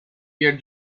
your